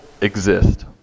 exist